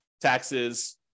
taxes